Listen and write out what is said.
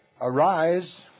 Arise